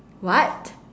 what